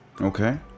Okay